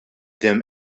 them